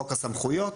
חוק הסמכויות,